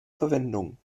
verwendung